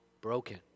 broken